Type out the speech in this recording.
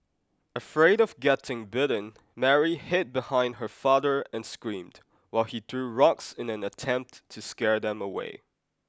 afraid of getting bitten Mary hid behind her father and screamed while he threw rocks in an attempt to scare them away